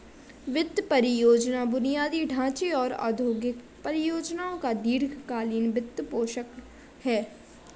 वित्त परियोजना बुनियादी ढांचे और औद्योगिक परियोजनाओं का दीर्घ कालींन वित्तपोषण है